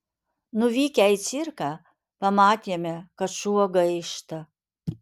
nuvykę į cirką pamatėme kad šuo gaišta